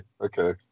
okay